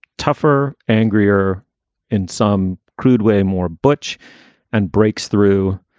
tougher, angrier in some crude way more butch and breaks through.